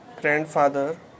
Grandfather